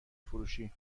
فروشی